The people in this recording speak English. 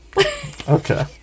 Okay